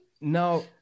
now